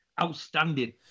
outstanding